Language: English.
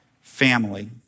Family